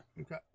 Okay